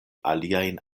aliajn